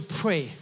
pray